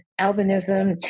albinism